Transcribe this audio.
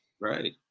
right